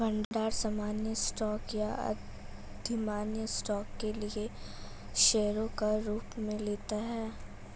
भंडार सामान्य स्टॉक या अधिमान्य स्टॉक के लिए शेयरों का रूप ले लेता है